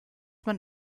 man